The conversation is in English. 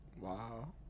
Wow